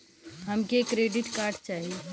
हमके credit card चाही